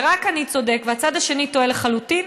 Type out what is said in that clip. ורק אני צודק והצד השני טועה לחלוטין,